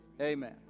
Amen